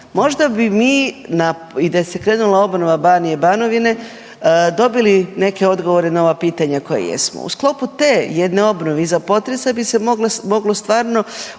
možda bi mi na, i da se krenula obnova Banije/Banovine, dobili neke odgovara na ova pitanja koja jesmo. U sklopu te jedne obnove iza potresa bi se moglo stvarno